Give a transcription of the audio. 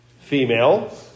female